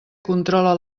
controla